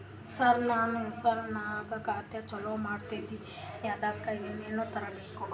ಸರ, ನನ್ನ ಹೆಸರ್ನಾಗ ಖಾತಾ ಚಾಲು ಮಾಡದೈತ್ರೀ ಅದಕ ಏನನ ತರಬೇಕ?